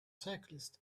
cyclists